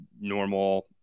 normal